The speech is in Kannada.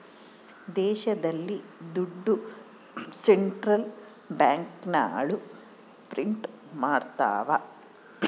ದೇಶದಲ್ಲಿ ದುಡ್ಡು ಸೆಂಟ್ರಲ್ ಬ್ಯಾಂಕ್ಗಳು ಪ್ರಿಂಟ್ ಮಾಡ್ತವ